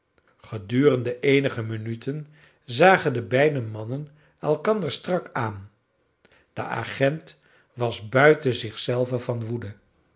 gedurende eenige minuten zagen de beide mannen elkander strak aan de agent was buiten zich zelven van woede